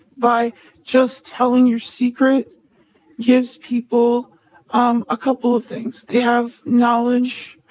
by just telling your secret gives people um a couple of things. they have knowledge.